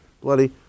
bloody